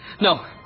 No